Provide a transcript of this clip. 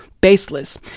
baseless